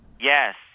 Yes